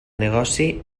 negoci